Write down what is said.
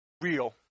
real